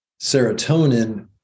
serotonin